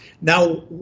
Now